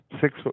six